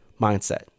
mindset